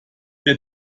der